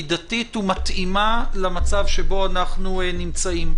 מידתית ומתאימה למצב שבו אנחנו נמצאים.